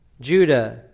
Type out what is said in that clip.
judah